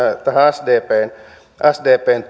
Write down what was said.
tähän sdpn sdpn